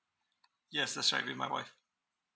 yes that's right with my wife